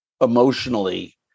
emotionally